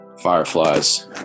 fireflies